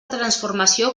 transformació